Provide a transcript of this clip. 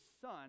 son